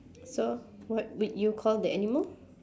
so what would you call the animal